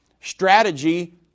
strategy